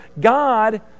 God